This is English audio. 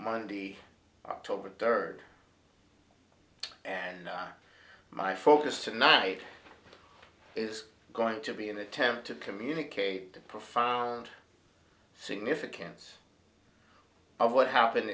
monday october third and my focus tonight is going to be an attempt to communicate the profound significance of what happened